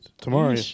Tomorrow